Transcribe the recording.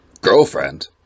Girlfriend